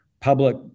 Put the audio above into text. public